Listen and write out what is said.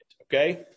Okay